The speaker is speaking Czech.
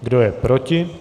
Kdo je proti?